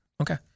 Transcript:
Okay